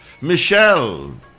Michelle